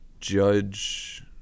Judge